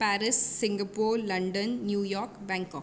Paris Singapore London New York Bangkok